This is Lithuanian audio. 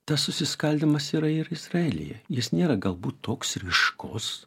tas susiskaldymas yra ir izraelyje jis nėra galbūt toks ryškus